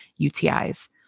UTIs